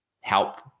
help